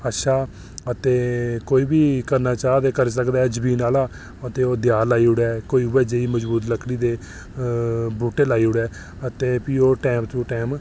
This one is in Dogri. अच्छा ते कोई बी करना चाह् ते करी सकदा जमीन आह्ला ते ओह् देआर लाई ओड़ै कोई उ'ऐ जेही मजबूत लकड़ी दे बूह्टे लाई ओड़े ते प्ही ओह् टैम टू टैम